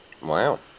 Wow